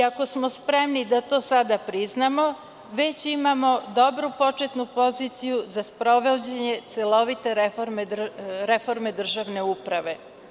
Ako smo spremni da to sada priznamo, već imamo dobru početnu poziciju za sprovođenje celovite reforme državne uprave.